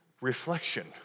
reflection